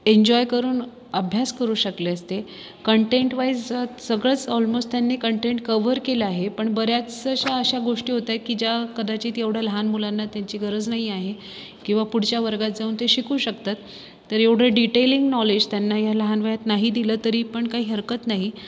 enjoy करून अभ्यास करू शकले असते कंटेंटवाइजच सगळंच ऑलमोस्ट त्यांनी कंटेंट कवर केलं आहे पण बऱ्याचशा अशा गोष्टी होत्या की ज्या कदाचित एवढ्या लहान मुलांना त्याची गरज नाही आहे किंवा पुढच्या वर्गात जाऊन ते शिकू शकतात तर एवढं डिटेलिंग नॉलेज त्यांना ह्या लहान वयात नाही दिलं तरी पण काही हरकत नाही